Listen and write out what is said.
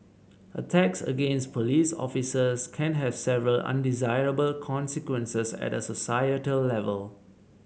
attacks against police officers can have several undesirable consequences at a societal level